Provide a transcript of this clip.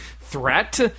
threat